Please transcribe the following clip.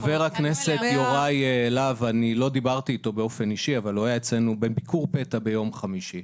חבר כנסת יוראי להב היה אצלנו בביקור פתע ביום חמישי,